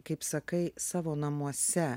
kaip sakai savo namuose